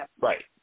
Right